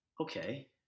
Okay